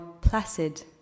placid